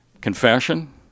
confession